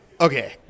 Okay